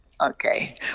Okay